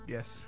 Yes